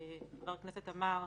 שחבר הכנסת אמר,